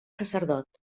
sacerdot